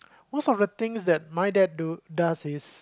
most of the things that my dad do does is